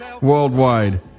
worldwide